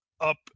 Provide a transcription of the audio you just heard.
up